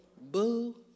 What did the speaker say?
boo